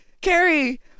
Carrie